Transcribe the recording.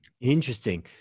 Interesting